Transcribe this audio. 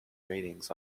ratings